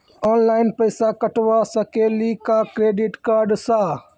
Online पैसा कटवा सकेली का क्रेडिट कार्ड सा?